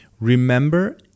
Remember